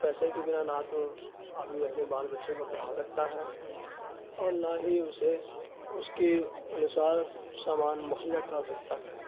پیسے کے بنا نہ تو آدمی اپنے بال بچوں کو پڑھا سکتا ہے اور نہ ہی اسے اس کی انوسار سامان مہیا کرا سکتا ہے